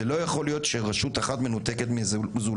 זה לא יכול להיות שרשות אחת מנותקת מזולתה,